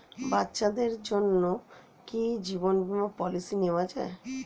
বাচ্চাদের জন্য কি জীবন বীমা পলিসি নেওয়া যায়?